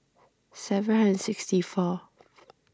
seven hundred sixty four